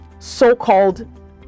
so-called